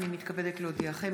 עוברת בקריאה ראשונה.